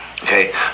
okay